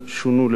שונו ללא הכר.